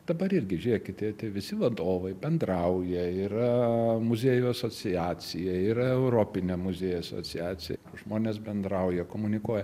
dabar irgi žiūrėkite tie visi vadovai bendrauja yra muziejų asociacija yra europinė muziejų asociacija žmonės bendrauja komunikuoja